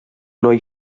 noi